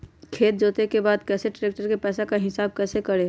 खेत जोते के बाद कैसे ट्रैक्टर के पैसा का हिसाब कैसे करें?